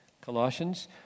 Colossians